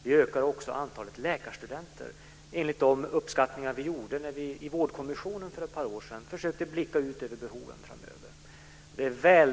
Vi ökar också antalet läkarstudenter i enlighet med de uppskattningar som gjordes när Vårdkommissionen för ett par år sedan försökte blicka ut över de framtida behoven.